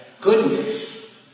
goodness